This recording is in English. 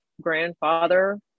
grandfather